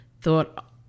thought